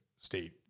State